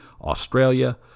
Australia